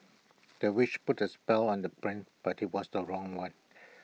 the witch put A spell on the prince but IT was the wrong one